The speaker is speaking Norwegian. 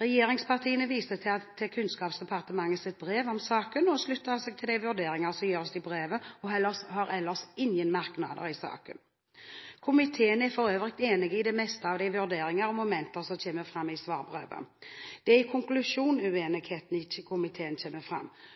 Regjeringspartiene viser til Kunnskapsdepartementets brev om saken. Man slutter seg til de vurderinger som gjøres i brevet, og har ellers ingen merknader i saken. Komiteen er for øvrig enig i det meste av de vurderinger og momenter som kommer fram i svarbrevet. Det er i konklusjonen at uenigheten i komiteen kommer fram.